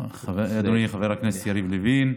אדוני חבר הכנסת יריב לוין.